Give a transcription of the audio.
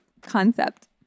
concept